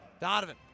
Donovan